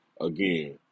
Again